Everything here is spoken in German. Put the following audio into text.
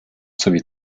sowie